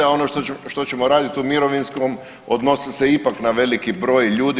A ono što ćemo raditi u mirovinskom odnosi se ipak na veliki broj ljudi.